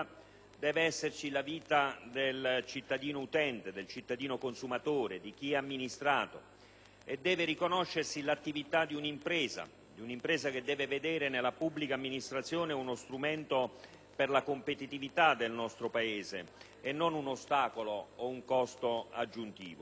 deve esserci la vita del cittadino utente, del cittadino consumatore, di chi è amministrato e deve riconoscersi l'attività di un'impresa che deve vedere nella pubblica amministrazione uno strumento per la competitività del nostro Paese e non un ostacolo o un costo aggiuntivo.